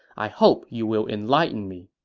i hope you will enlighten me.